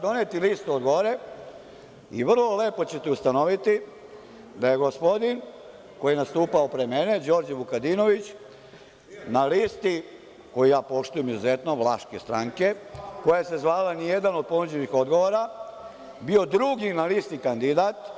Doneću listi od gore i vrlo lepo ćete ustanoviti da je gospodin koji je nastupao pre mene, Đorđe Vukadinović, na listi koju ja poštujem izuzetno, na listi Vlaške stranke koja se zvala „Ni jedan od ponuđenih odgovora“ bio drugi na listi kandidat.